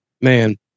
man